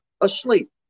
asleep